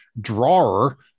drawer